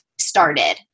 started